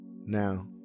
now